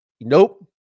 nope